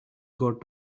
got